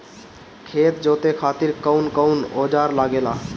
खेत जोते खातीर कउन कउन औजार लागेला?